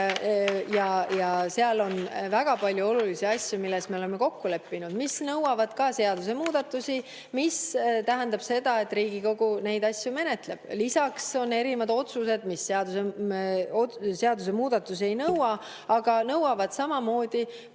Seal on väga palju olulisi asju, milles me oleme kokku leppinud, mis nõuavad ka seadusemuudatusi, mis tähendab seda, et Riigikogu neid asju menetleb. Lisaks on erinevad otsused, mis seadusemuudatusi ei nõua, aga nõuavad samamoodi